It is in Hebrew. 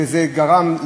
וזה גרם,